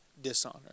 dishonor